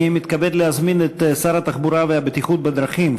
אני מתכבד להזמין את שר התחבורה והבטיחות בדרכים,